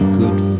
good